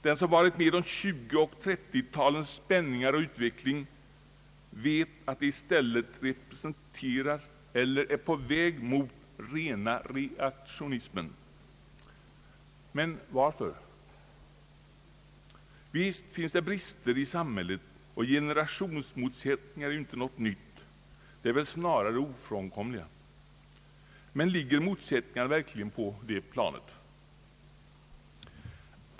Den som varit med om 1920 och 1930 talens spänningar och utveckling vet att dessa ungdomar i stället representerar eller är på väg mot rena reaktionismen. Men varför? Visst finns det brister i samhället, och generationsmotsättningar är ju inte något nytt, de är väl snarare ofrånkomliga. Men ligger motsättningarna verkligen på det planet?